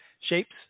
shapes